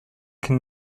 can